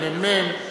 כמ"מ,